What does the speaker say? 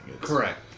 Correct